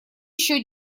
еще